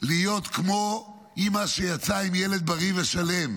להיות כמו אימא שיצאה עם ילד בריא ושלם.